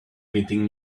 meeting